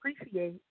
appreciate